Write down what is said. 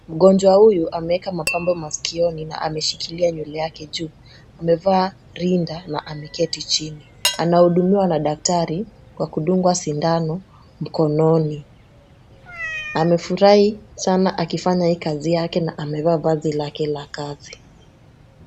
Mgonjwa huyu ameeka mapambo maskioni na ameshikilia nywele yake juu. Amevaa rinda na ameketi chini. Anahudumiwa na daktari kwa kudungwa sindano mkononi. Amefurahi sana akifanya hii kazi yake na amevaa vazi lake la kazi.